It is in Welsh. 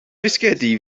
fisgedi